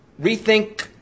Rethink